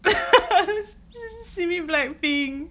simi blackpink